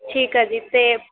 ਠੀਕ ਆ ਜੀ ਅਤੇ